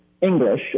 English